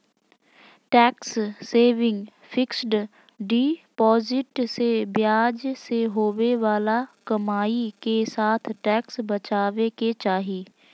tax saving fixed deposit से ब्याज से होवे बाला कमाई के साथ टैक्स बचाबे के चाही